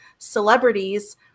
celebrities